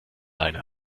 leine